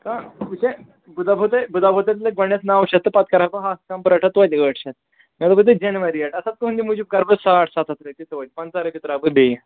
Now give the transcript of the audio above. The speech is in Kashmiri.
کانٛہہ وٕچھ بہٕ دَپہو تۄہہِ بہٕ دَپہو تۄہہِ گۄڈٕنٮ۪تھ نَو شیٚتھ تہٕ پَتہٕ کَرہا بہٕ ہَتھ کَمپ رٔٹ توتہِ ٲٹھ شیٚتھ مےٚ دوٚپ تۄہہِ جَنوَر ریٹ اَثر تُہٕنٛدِ موٗجوٗب کَرٕ بہٕ ساڑ سَتھ ہَتھ رۄپیہِ توتہِ پنٛژاہ رۄپیہِ ترٛاوٕ بہٕ بیٚیہِ